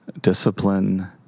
discipline